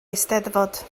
eisteddfod